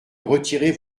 retirer